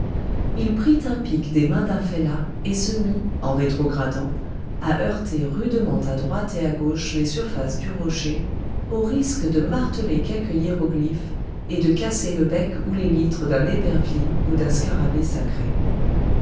il prit un pic des mains d'un fellah et se mit en rétrogradant à heurter rudement à droite et à gauche les surfaces du rocher au risque de marteler quelques hiéroglyphes et de casser le bec ou l'élytre d'un épervier ou d'un scarabée sacré